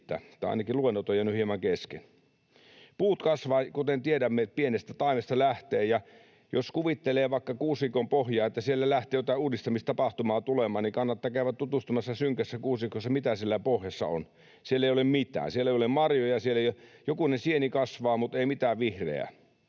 tai ainakin luennot ovat jääneet hieman kesken. Puut kasvavat, kuten tiedämme, pienestä taimesta lähtevät, ja jos kuvittelee vaikka kuusikon pohjaa, että siellä lähtee jotain uudistamistapahtumaa tulemaan, niin kannattaa käydä tutustumassa synkässä kuusikossa, mitä siellä pohjassa on. Siellä ei ole mitään. Siellä ei ole marjoja, jokunen sieni kasvaa, mutta ei mitään vihreää.